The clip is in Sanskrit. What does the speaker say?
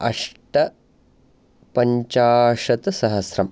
अष्टपञ्चाशत्सहस्रम्